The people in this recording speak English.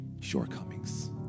Shortcomings